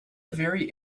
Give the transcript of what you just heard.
very